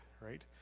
right